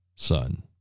son